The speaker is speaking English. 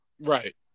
Right